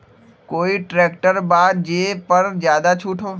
कोइ ट्रैक्टर बा जे पर ज्यादा छूट हो?